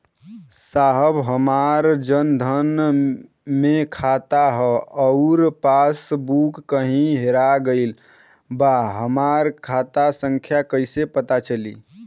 साहब हमार जन धन मे खाता ह अउर पास बुक कहीं हेरा गईल बा हमार खाता संख्या कईसे पता चली?